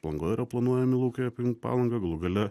palangoj yra planuojami laukai aplink palangą galų gale